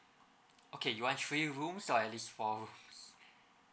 okay you want three rooms or at least four rooms